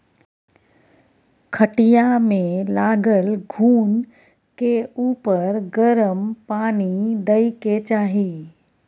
खटिया मे लागल घून के उपर गरम पानि दय के चाही